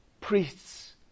priests